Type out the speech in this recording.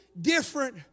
different